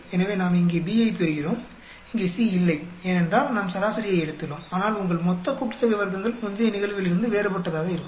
எனவே நாம் இங்கே B ஐப் பெறுகிறோம் இங்கே C இல்லை ஏனென்றால் நாம் சராசரியை எடுத்துள்ளோம் ஆனால் உங்கள் மொத்த கூட்டுத்தொகை வர்க்கங்கள் முந்தைய நிகழ்விலிருந்து வேறுபட்டதாக இருக்கும்